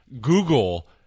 Google